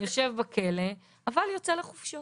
יושב בכלא, אבל יוצא לחופשות